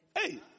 Hey